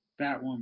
Batwoman